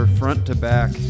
front-to-back